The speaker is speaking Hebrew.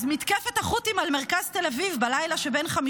אז מתקפת החות'ים על מרכז תל אביב הצדיקה